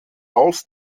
haus